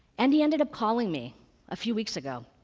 and he ended up calling me a few weeks ago.